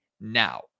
now